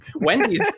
Wendy's